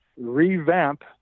revamp